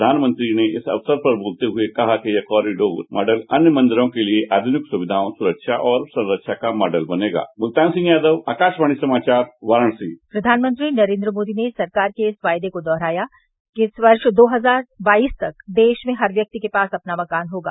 प्रधानमंत्री ने इस अवसर पर बोलते हुए कहा कि यह कॉरिडोर मॉडल अन्य मंदिरों के लिए आध्निक सुविधाओं सुरक्षा और संरक्षा का मॉडल बनेगा मुल्तान सिंह यादव आकाशवाणी समाचार वाराणसी प्रधानमंत्री नरेन्द्र मोदी ने सरकार के इस वायदे को दोहराया कि दो हजार बाईस तक देश में हर व्यक्ति के पास अपना मकान होगा